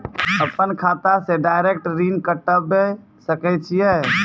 अपन खाता से डायरेक्ट ऋण कटबे सके छियै?